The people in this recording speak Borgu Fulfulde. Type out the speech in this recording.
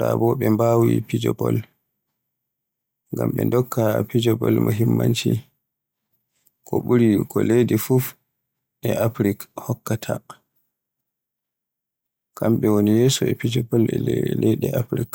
raa bo ɓe mbaawi fijo bol, ngam ɓe ndokka fijo bol muhimmanci, ko ɓuri e leydi fuf e Afrik hokkata. Kamɓe woni yeeso e fijo bol e leyde Afrik.